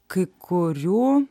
kai kurių